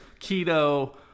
keto